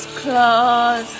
claws